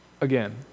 again